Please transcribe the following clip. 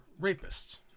rapists